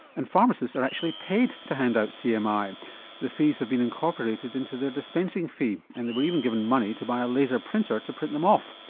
and pharmacists are actually paid to hand out cmi the fees have been incorporated into their dispensing fee and they were even given money to buy a laser printer to print them off.